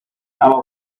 our